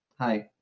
hi